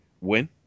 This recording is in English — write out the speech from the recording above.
win